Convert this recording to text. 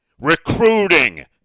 recruiting